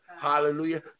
Hallelujah